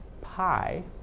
pi